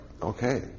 Okay